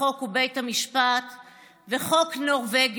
מחולקות בין שרים כאילו היה מדובר במטבע עובר לסוחר.